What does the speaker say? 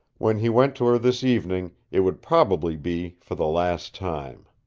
when he went to her this evening it would probably be for the last time.